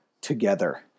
together